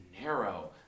narrow